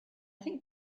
think